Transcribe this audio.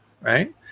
right